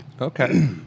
Okay